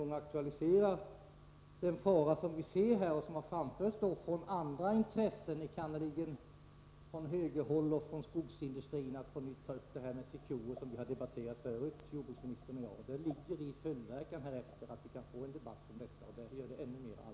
Genom den planerade bolagsbildningen sker en ytterligare koncentration inom byggmaterialindustrin vad avser tillverkningen av dörrar och fönster. och bildandet av det nya fönsterbolaget får för den framtida utvecklingen inom byggmaterialindustrin när det gäller tillverkningen av bl.a. fönster och dörrar?